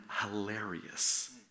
hilarious